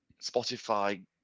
Spotify